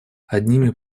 одними